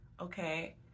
okay